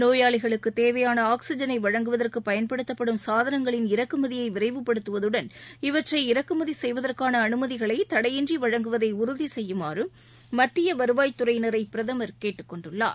நோயாளிகளுக்குத் தேவையான ஆக்ஸிஜனை வழங்குவதற்கு பயன்படுத்தப்படும் சாதனங்களின் இறக்குமதியை விரைவுப்படுத்துவதுடன் இவற்றை இறக்குமதி செய்வதற்கான அனுமதிகளை தடையின்றி வழங்குவதை உறுதி செய்யுமாறும் மத்திய வருவாய்த் துறையினரை பிரதமர் கேட்டுக் கொண்டுள்ளார்